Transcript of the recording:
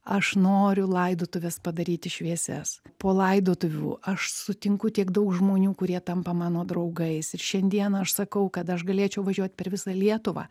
aš noriu laidotuves padaryti šviesias po laidotuvių aš sutinku tiek daug žmonių kurie tampa mano draugais ir šiandieną aš sakau kad aš galėčiau važiuot per visą lietuvą